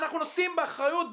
אנחנו נושאים באחריות,